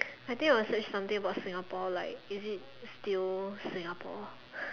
I would think search something about Singapore like is it still Singapore